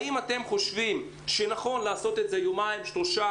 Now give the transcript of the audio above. האם אתם חושבים שנכון לעשות את זה יומיים שלושה